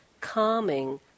calming